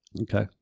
okay